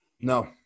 No